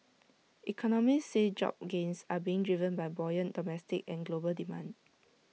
economists say job gains are being driven by buoyant domestic and global demand